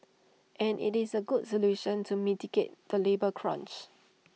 and IT is A good solution to mitigate the labour crunch